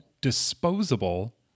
disposable